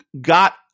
got